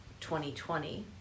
2020